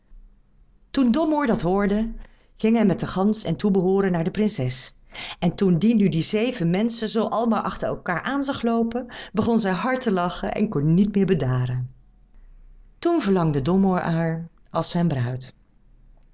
toen domoor dat hoorde ging hij met de gans en toebehooren naar de prinses en toen die nu die zeven menschen zoo al maar achter elkaâr aan zag loopen begon zij hard te lachen en kon niet meer bedaren toen verlangde domoor haar als zijn bruid